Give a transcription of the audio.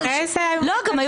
אבל שני